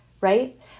right